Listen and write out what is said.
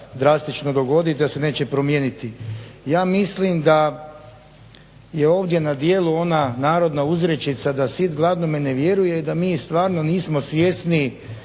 drastično dogoditi, da se neće promijeniti? Ja mislim da je ovdje na djelu ona narodna uzrečica da sit gladnome ne vjeruje i da mi stvarno nismo svjesni